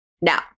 Now